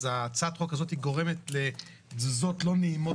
הצעת החוק הזאת גורמת לתזוזות לא נעימות